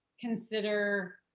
consider